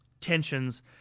tensions